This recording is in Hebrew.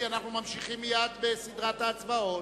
כי מייד אנחנו ממשיכים בסדרת ההצבעות.